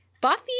Buffy